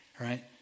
right